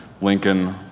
Lincoln